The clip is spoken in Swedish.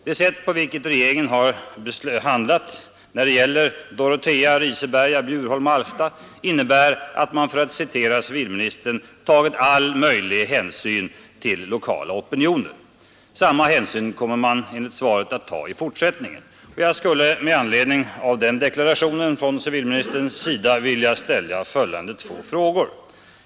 Det sätt på vilket regeringen har handlat när det gäller Dorotea, Riseberga, Bjurholm och Alfta innebär att man, för att citera civilministern, ”tagit all möjlig hänsyn till lokala opinioner”. Samma hänsyn kommer man enligt svaret att ta i fortsättningen. Jag skulle med anledning av den deklarationen från civilministern vilja ställa följande två frågor.